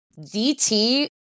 DT –